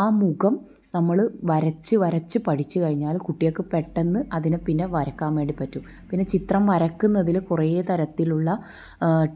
ആ മുഖം നമ്മൾ വരച്ച് വരച്ച് പഠിച്ചു കഴിഞ്ഞാൽ കുട്ടികൾക്ക് പെട്ടെന്ന് അതിനെ പിന്നെ വരക്കാൻ വേണ്ടി പറ്റും പിന്നെ ചിത്രം വരക്കുന്നതിൽ കുറേ തരത്തിലുള്ള